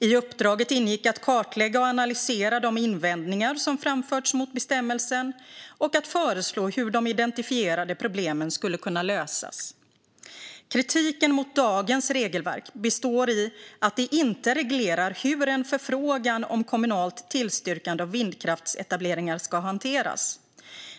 I uppdraget ingick att kartlägga och analysera de invändningar som framförts mot bestämmelsen och att föreslå hur de identifierade problemen skulle kunna lösas. Kritiken mot dagens regelverk består i att det inte reglerar hur en förfrågan om kommunalt tillstyrkande av vindkraftsetableringar ska hanteras.